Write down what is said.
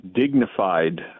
dignified